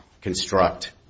construct